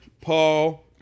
Paul